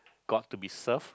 got to be served